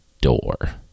door